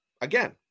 again